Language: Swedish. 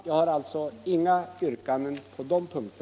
Jag har alltså inga yrkanden på dessa punkter.